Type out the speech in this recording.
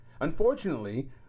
Unfortunately